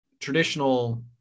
traditional